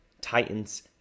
titans